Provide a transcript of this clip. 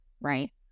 right